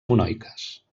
monoiques